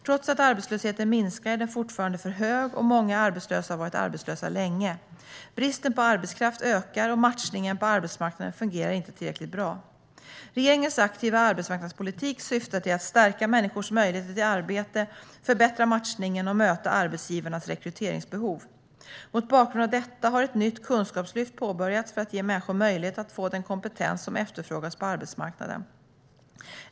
Trots att arbetslösheten minskar är den fortfarande för hög, och många arbetslösa har varit arbetslösa länge. Bristen på arbetskraft ökar, och matchningen på arbetsmarknaden fungerar inte tillräckligt bra. Regeringens aktiva arbetsmarknadspolitik syftar till att stärka människors möjligheter till arbete, förbättra matchningen och möta arbetsgivarnas rekryteringsbehov. Mot bakgrund av detta har ett nytt kunskapslyft påbörjats för att ge människor möjlighet att få den kompetens som efterfrågas på arbetsmarknaden.